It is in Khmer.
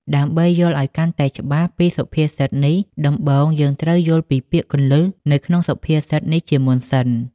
ដើម្បីយល់ឲ្យកាន់តែច្បាស់ពីសុភាសិតនេះដំបូងយើងត្រូវយល់ពីពាក្យគន្លឹះនៅក្នុងសុភាសិតនេះជាមុនសិន។